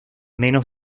menos